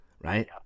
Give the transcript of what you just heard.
right